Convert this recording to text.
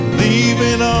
leaving